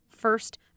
first